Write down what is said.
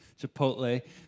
Chipotle